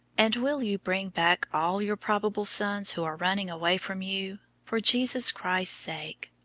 and will you bring back all your probable sons who are running away from you, for jesus christ's sake.